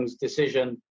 decision